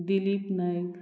Dilip Naik